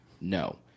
No